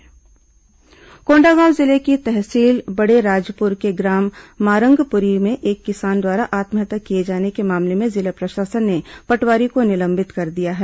किसान आत्महत्या कोंडागांव जिले की तहसील बड़ेराजपुर के ग्राम मारंगपुरी में एक किसान द्वारा आत्महत्या किए जाने के मामले में जिला प्रशासन ने पटवारी को निलंबित कर दिया है